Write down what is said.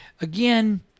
Again